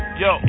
yo